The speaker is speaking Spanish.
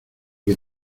que